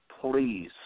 please